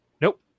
Nope